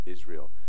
Israel